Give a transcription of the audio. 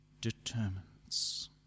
determines